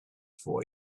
for